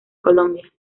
colombia